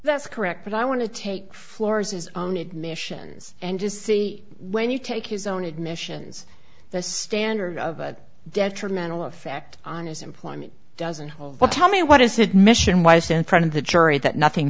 that's correct but i want to take floors his own admissions and just see when you take his own admissions the standard of a detrimental effect on his employment doesn't hold but tell me what is that mission why it's in front of the jury that nothing